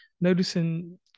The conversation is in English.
noticing